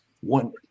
one